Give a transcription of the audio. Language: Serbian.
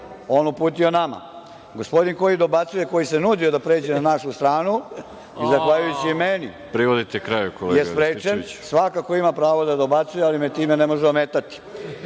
dobacuje.)Gospodin koji dobacuje, koji se nudio da pređe na našu stranu, zahvaljujući meni je sprečen. Svakako ima pravo da dobacuje, ali me time ne može ometati. Ja